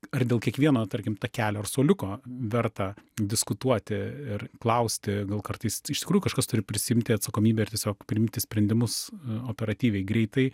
ar dėl kiekvieno tarkim takelio ar suoliuko verta diskutuoti ir klausti gal kartais iš tikrųjų kažkas turi prisiimti atsakomybę ir tiesiog priimti sprendimus operatyviai greitai